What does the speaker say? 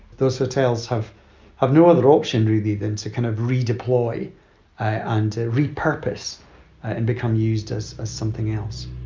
those hotels have have no other option really than to kind of redeploy and repurpose and become used as something else